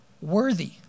Worthy